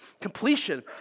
completion